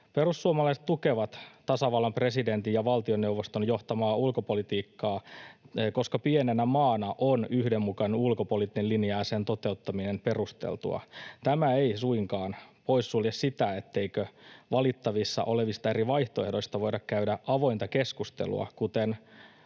Perussuomalaiset tukevat tasavallan presidentin ja valtioneuvoston johtamaa ulkopolitiikkaa, koska pienenä maana meillä on yhdenmukainen ulkopoliittinen linja ja sen toteuttaminen perusteltua. Tämä ei suinkaan poissulje sitä, etteikö valittavissa olevista eri vaihtoehdoista voida käydä avointa keskustelua,